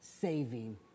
saving